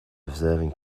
observing